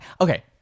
okay